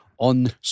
on